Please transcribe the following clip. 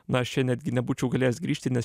na aš čia netgi nebūčiau galėjęs grįžti nes